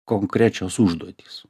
konkrečios užduotys